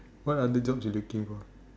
what other jobs you looking for